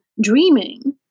dreaming